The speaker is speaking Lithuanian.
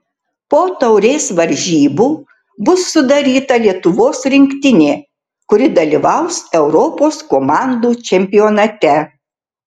po taurės varžybų bus sudaryta lietuvos rinktinė kuri dalyvaus europos komandų čempionate